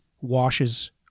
washes